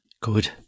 Good